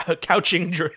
couching